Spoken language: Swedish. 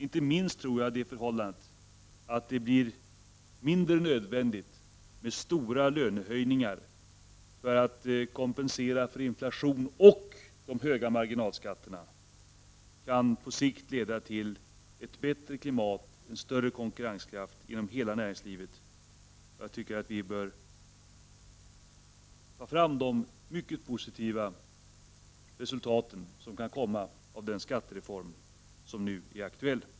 Inte minst kan det förhållandet, att det blir mindre nödvändigt med stora lönehöjningar för att kompensera för inflation och höga marginalskatter, på sikt leda till ett bättre klimat och en större konkurrenskraft inom hela näringslivet. Vi bör ta fram de mycket positiva resultat som kan komma av den skattereform som nu är aktuell.